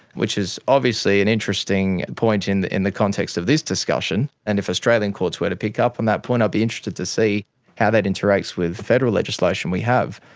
which is obviously an interesting point in the in the context of this discussion. and if australian courts were to pick up on that point i'd be interested to see how that interacts with federal legislation we have,